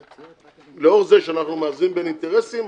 לאור זה שאנחנו מאזנים בין אינטרסים,